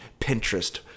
Pinterest